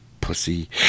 pussy